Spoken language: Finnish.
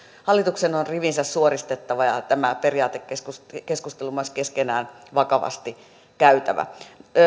on rivinsä suoristettava ja tämä periaatekeskustelu myös keskenään vakavasti käytävä